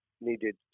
needed